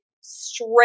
straight